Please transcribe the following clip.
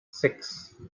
six